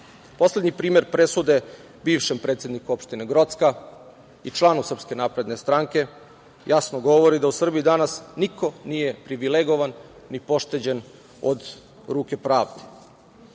Poslednji primer presude bivšem predsedniku opštine Grocka i članu SNS jasno govori da u Srbiji danas niko nije privilegovan ni pošteđen od ruke pravde. Pred